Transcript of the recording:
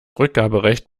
rückgaberecht